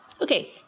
Okay